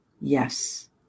yes